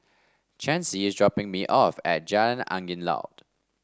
Chancey is dropping me off at Jalan Angin Laut